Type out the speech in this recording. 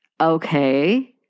okay